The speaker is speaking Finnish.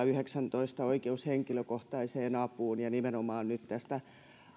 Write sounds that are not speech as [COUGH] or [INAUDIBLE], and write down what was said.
[UNINTELLIGIBLE] yhdeksäntoista oikeus henkilökohtaiseen apuun ja nimenomaan nyt tästä